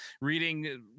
reading